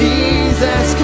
Jesus